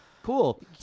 Cool